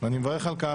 ואני מברך על כך,